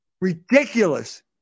ridiculous